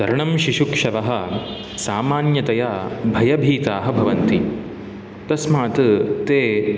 तरणं शिशुक्षवः सामान्यतया भयभीताः भवन्ति तस्मात् ते